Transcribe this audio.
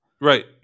Right